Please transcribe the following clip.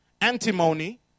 antimony